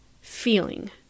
feeling